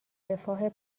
رفاه